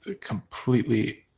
completely